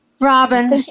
robin